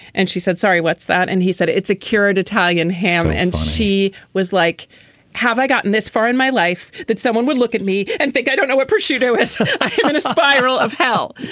and she said sorry what's that. and he said it's a curious italian ham. and she was like have i gotten this far in my life that someone would look at me and think i don't know what prosciutto is a spiral of hell.